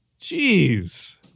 Jeez